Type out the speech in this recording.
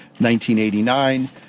1989